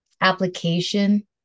application